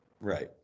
Right